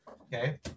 okay